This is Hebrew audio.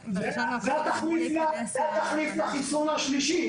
בדש בורד, לכל מנהל את רמת החיסון של הצוותים.